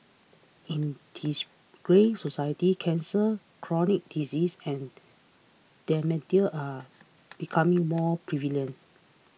in this greying society cancer chronic disease and dementia are becoming more prevalent